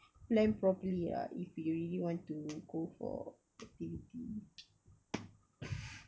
plan properly ah if we really want to go for activity